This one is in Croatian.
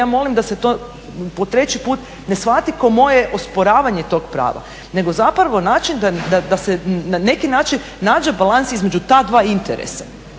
ja molim da se to po treći put ne shvati kao moje osporavanje tog pravo, nego zapravo način da se na neki način nađe balans između ta dva interesa,